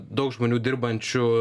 daug žmonių dirbančių